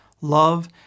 love